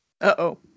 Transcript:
Uh-oh